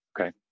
Okay